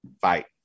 fight